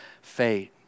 fate